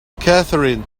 catherine